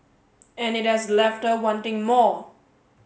and it has left her wanting more